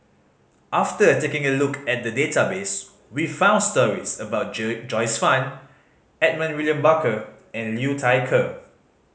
after taking a look at the database we found stories about Joyce Fan Edmund William Barker and Liu Thai Ker